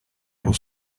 for